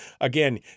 again